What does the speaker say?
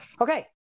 okay